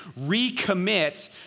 recommit